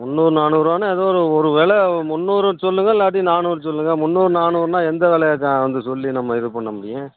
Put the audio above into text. முன்னூறு நானூறுரூவானா ஏதோ ஒரு விலை முன்னூறுன்னு சொல்லுங்கள் இல்லாட்டி நானூறு சொல்லுங்கள் முன்னூறு நானூறுனால் எந்த விலையக்கா வந்து சொல்லி நம்ம இது பண்ண முடியும்